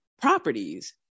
properties